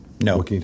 No